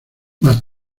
más